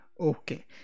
okay